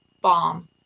bomb